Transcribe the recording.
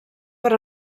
per